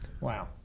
wow